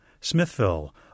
Smithville